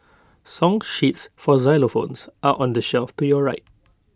song sheets for xylophones are on the shelf to your right